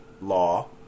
law